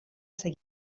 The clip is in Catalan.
seguit